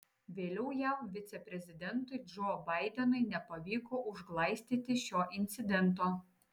vėliau jav viceprezidentui džo baidenui nepavyko užglaistyti šio incidento